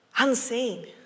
Unseen